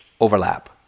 overlap